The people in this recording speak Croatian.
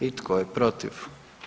I tko je protiv?